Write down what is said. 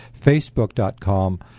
facebook.com